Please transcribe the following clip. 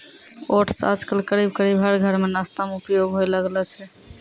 oats आजकल करीब करीब हर घर मॅ नाश्ता मॅ उपयोग होय लागलो छै